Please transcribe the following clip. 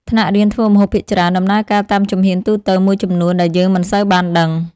ថ្នាក់រៀនធ្វើម្ហូបភាគច្រើនដំណើរការតាមជំហានទូទៅមួយចំនួនដែលយើងមិនសូវបានដឹង ។